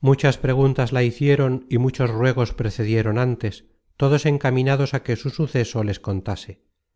muchas preguntas la hicieron y muchos ruegos precedieron antes todos encaminados á que su suceso les contase